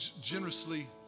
generously